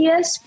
Yes